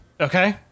Okay